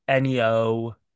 NEO